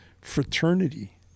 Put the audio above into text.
fraternity